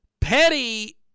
Petty